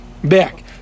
Back